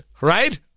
Right